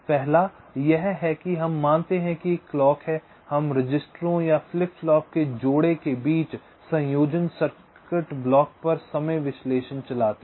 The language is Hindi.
पहला यह है कि हम मानते हैं कि एक क्लॉक है और हम रजिस्टरों या फ्लिप फ्लॉप के जोड़े के बीच संयोजन सर्किट ब्लॉक पर समय विश्लेषण चलाते हैं